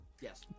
Yes